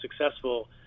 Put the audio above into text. successful